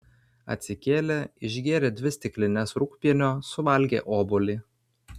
atsikėlė išgėrė dvi stiklines rūgpienio suvalgė obuolį